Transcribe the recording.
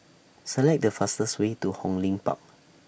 Select The fastest Way to Hong Lim Park